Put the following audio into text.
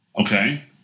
Okay